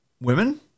women